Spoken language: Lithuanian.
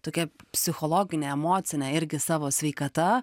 tokia psichologine emocine irgi savo sveikata